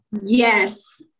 Yes